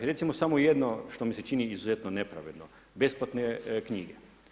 Recimo samo jedno što mi se čini izuzetno nepravedno, besplatne knjige.